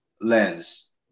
lens